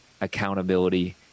accountability